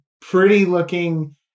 pretty-looking